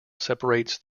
separates